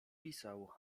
pisał